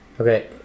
Okay